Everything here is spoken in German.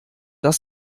das